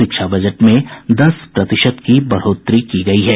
शिक्षा बजट में दस प्रतिशत की बढ़ोतरी की गयी है